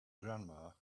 grandma